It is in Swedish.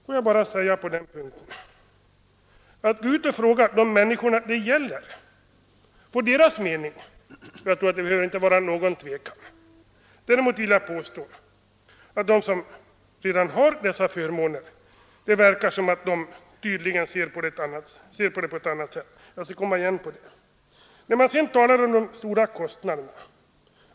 Låt mig bara säga på den punkten: Gå ut och fråga de människor som det gäller och lyssna till deras uppfattning — om den behöver inte råda någon tvekan. Däremot vill jag påstå att det verkar som om de som redan har dessa förmåner tydligen ser på det hela på ett annat sätt. Jag skall komma igen till det. Man talar om de stora kostnaderna.